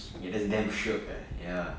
ya that's damn shiok eh ya